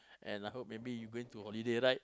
and I hope maybe you going to holiday right